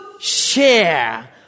share